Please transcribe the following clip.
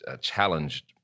challenged